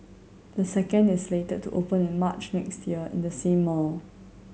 the second is slated to open in March next year in the same mall